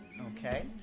Okay